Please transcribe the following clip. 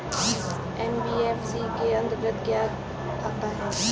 NBFC के अंतर्गत क्या आता है?